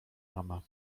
mama